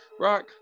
Rock